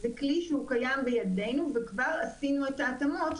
זה כלי שקיים בידינו וכבר עשינו את ההתאמות,